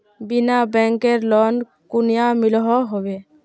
बिना बैंकेर लोन कुनियाँ मिलोहो होबे?